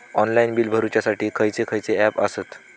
Online bill भरुच्यासाठी खयचे खयचे ऍप आसत?